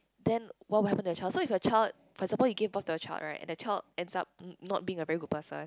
then what would happen to the child so if your child like suppose you give birth to your child right and the child ends up not being a very good person